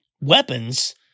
weapons